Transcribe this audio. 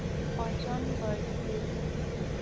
ᱚᱡᱚᱱ ᱵᱟᱹᱲᱛᱤ